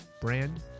brand